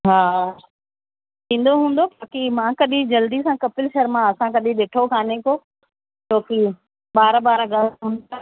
हा ईंदो हूंदो बाक़ी मां कॾहिं जल्दी सां कपिल शर्मा असां कॾहिं ॾिठो कोन्हे को छो की ॿार ॿार घरु हूंदा